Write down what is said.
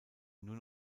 nur